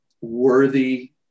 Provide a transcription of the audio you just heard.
worthy